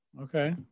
Okay